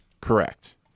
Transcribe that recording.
Correct